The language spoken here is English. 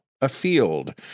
afield